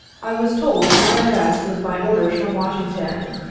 i was told my arrest was by orders from wash ington.